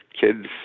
kids